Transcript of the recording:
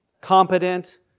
competent